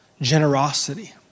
generosity